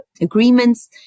agreements